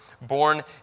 born